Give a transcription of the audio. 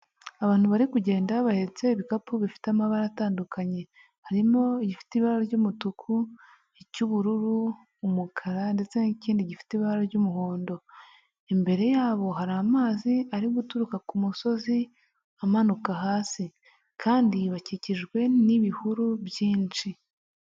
Ubantu bari kugenda bahetse ibikapu bifite amabara atandukanye, harimo gifite ibara ry'umutuku, cy'ubururu, umukara ndetse n'ikindi gifite ibara ry'umuhondo. Imbere yabo hari amazi ari guturuka ku musozi amanuka hasi kandi bakikijwe n'ibihuru byinshi.